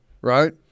right